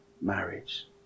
marriage